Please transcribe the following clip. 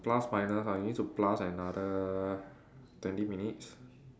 plus minus ah you need to plus another twenty minutes